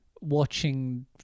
watching